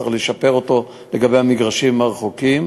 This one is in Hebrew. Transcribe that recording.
וצריך לשפר אותו לגבי המגרשים הרחוקים.